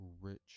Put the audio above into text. rich